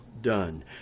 done